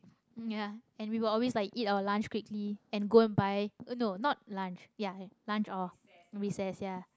ya and we will always like eat our lunch quickly and go and buy oh no not lunch ya ya lunch or recess ya